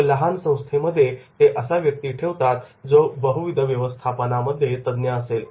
खुप लहान संस्थेमध्ये ते असा व्यक्ती ठेवतात जो बहुविध व्यवस्थापनामध्ये तज्ञ असेल